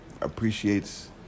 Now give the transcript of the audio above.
appreciates